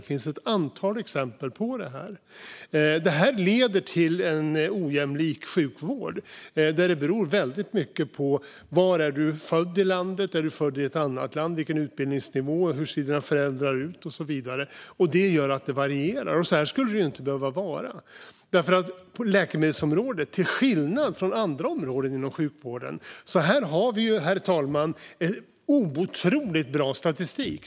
Det finns ett antal exempel på det. Det leder till en ojämlik sjukvård som väldigt mycket beror på var du är född i landet, om du är född i ett annat land, vilken utbildningsnivå du har, hur dina föräldrar ser ut och så vidare. Det gör att det varierar. Så skulle det inte behöva vara. På läkemedelsområdet, till skillnad från andra områden inom sjukvården, har vi otroligt bra statistik.